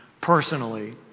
personally